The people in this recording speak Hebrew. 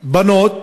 בנות,